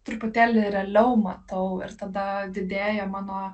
truputėlį realiau matau ir tada didėja mano